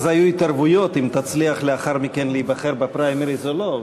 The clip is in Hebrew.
אז היו התערבויות אם תצליח לאחר מכן להיבחר בפריימריז או לא.